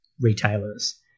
retailers